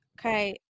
Okay